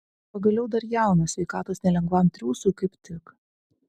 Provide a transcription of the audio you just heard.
pagaliau dar jaunas sveikatos nelengvam triūsui kaip tik